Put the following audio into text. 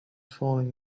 falling